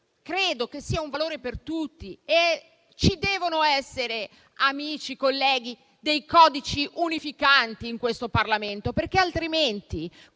credo che sia un valore per tutti. Ci devono essere, colleghi, dei codici unificanti in questo Parlamento, altrimenti